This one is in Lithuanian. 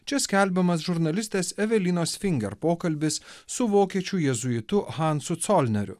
čia skelbiamas žurnalistės evelinos finger pokalbis su vokiečių jėzuitu hansu colneriu